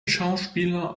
schauspieler